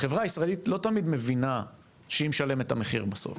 החברה הישראלית לא תמיד מבינה שהיא משלמת את המחיר בסוף.